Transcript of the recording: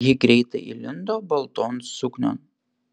ji greitai įlindo balton suknion